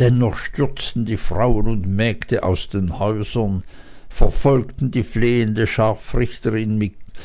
dennoch stürzten die frauen und mägde aus den häusern verfolgten die fliehende scharfrichterin mit